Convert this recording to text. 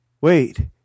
Wait